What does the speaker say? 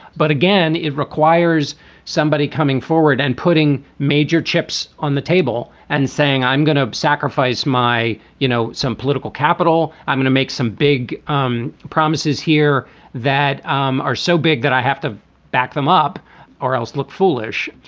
but again, it requires somebody coming forward and putting major chips on the table and saying, i'm going to sacrifice my, you know, some political capital. i'm going to make some big um promises here that um are so big that i have to back them up or else look foolish.